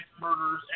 murders